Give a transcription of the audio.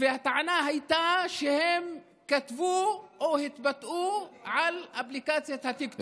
והטענה הייתה שהם כתבו או התבטאו באפליקציית טיקטוק.